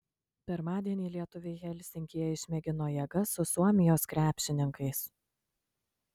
pirmadienį lietuviai helsinkyje išmėgino jėgas su suomijos krepšininkais